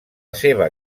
seva